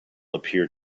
appeared